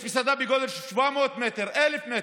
יש מסעדה בגודל של 700 מטר, 1,000 מטר,